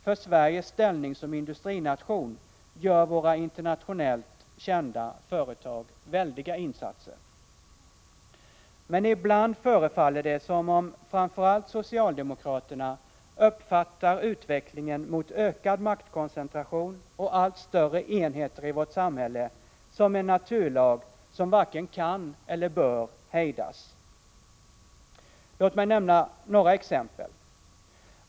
För Sveriges ställning som industrination gör våra internationellt kända företag väldiga insatser. Men ibland förefaller det som om framför allt socialdemokraterna uppfattar utvecklingen mot ökad maktkoncentration och allt större enheter i vårt samhälle som en naturlag, som varken kan eller bör hejdas. Låt mig nämna några exempel.